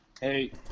Hey